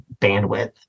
bandwidth